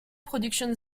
productions